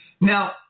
Now